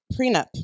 Prenup